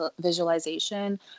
visualization